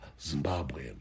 Zimbabwe